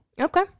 Okay